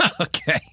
Okay